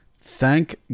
thank